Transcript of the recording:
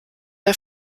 der